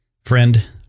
Friend